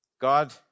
God